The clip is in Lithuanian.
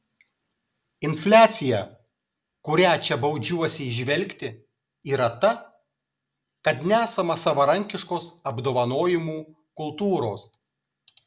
infliacija kurią čia baudžiuosi įžvelgti yra ta kad nesama savarankiškos apdovanojimų kultūros